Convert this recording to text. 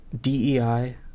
DEI